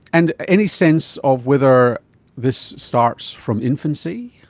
and any sense of whether this starts from infancy?